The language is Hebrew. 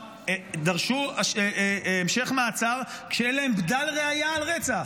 דרשו המשך מעצר כשאין להם בדל ראיה על רצח.